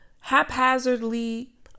haphazardly